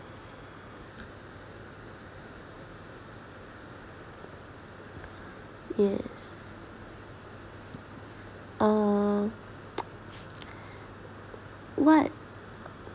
yes uh what